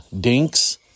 dinks